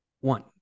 One